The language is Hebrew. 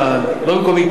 לא במקום איטליה,